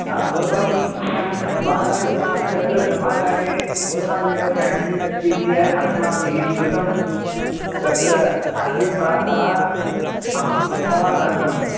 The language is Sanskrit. भवतां बालाजी तत्र सभागारे भवतामेव केण्टिन् अस्ति इति अस्माभिः श्रुतं तत्र अद्य प्रातः अहं गतवानासम्